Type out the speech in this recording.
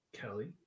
Kelly